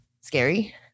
scary